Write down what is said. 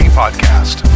podcast